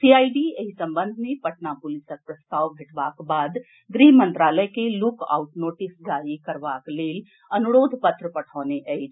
CID एहि संबंध मे पटना पुलिसक प्रस्ताव भेटबाक बाद गृह मंत्रालय के लुक आउट नोटस जारी करबाक लेल अनुरोध पत्र पठौने अछि